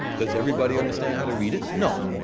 does everybody understand how to read it? no.